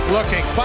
Looking